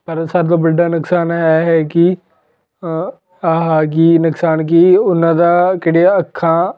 ਪਰ ਸਾਰਿਆਂ ਤੋਂ ਵੱਡਾ ਨੁਕਸਾਨ ਇਹ ਹੈ ਕਿ ਆਹ ਕਿ ਨੁਕਸਾਨ ਕਿ ਉਹਨਾਂ ਦਾ ਕਿਹੜੀਆਂ ਅੱਖਾਂ